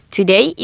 Today